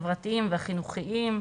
החברתיים והחינוכיים,